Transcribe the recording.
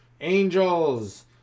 Angels